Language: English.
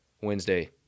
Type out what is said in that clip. Wednesday